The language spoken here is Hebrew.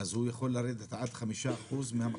אז הוא יכול לרדת עד חמישה אחוז מהמחזור?